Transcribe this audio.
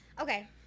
Okay